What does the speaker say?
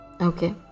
Okay